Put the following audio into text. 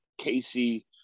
Casey